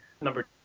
number